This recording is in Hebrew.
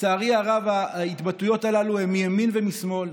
לצערי הרב, ההתבטאויות הללו הן מימין ומשמאל.